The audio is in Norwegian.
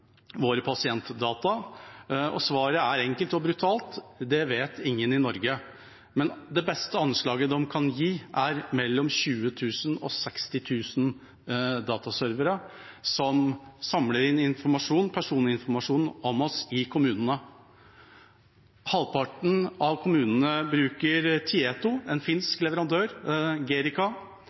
våre pasientdata, og svaret er enkelt og brutalt: Det vet ingen i Norge. Men det beste anslaget de kan gi, er mellom 20 000 og 60 000 dataservere som samler inn personinformasjon om oss i kommunene. Halvparten av kommunene bruker